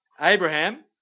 Abraham